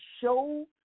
show